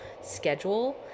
schedule